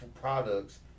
products